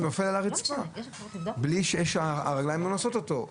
הוא נופל על הרצפה כי הרגליים לא נושאות אותו.